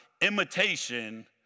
imitation